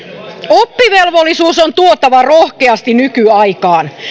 oppivelvollisuus on tuotava rohkeasti nykyaikaan